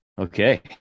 Okay